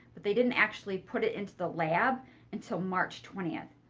but they didn't actually put it into the lab until march twentieth.